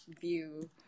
view